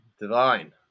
divine